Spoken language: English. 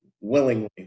Willingly